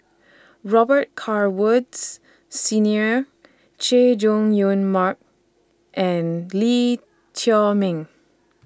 Robet Carr Woods Senior Chay Jung Jun Mark and Lee Chiaw Meng